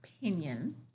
opinion